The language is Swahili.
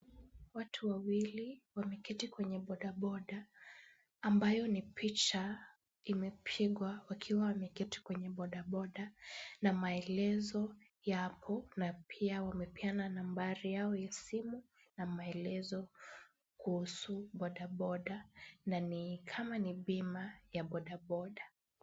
Watu wawili wameketi kwenye bodaboda ambayo ni picha imepigwa wakiwa wameketi kwenye bodaboda na maelezo yapo na pia wamepeana nambari yao ya simu na maelezo kuhusu bodaboda na ni kama ni bima ya bodaboda .